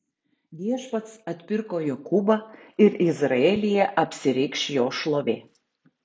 viešpats atpirko jokūbą ir izraelyje apsireikš jo šlovė